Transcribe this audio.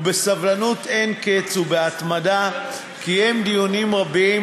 ובסבלנות אין-קץ ובהתמדה קיים דיונים רבים,